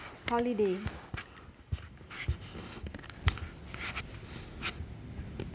holiday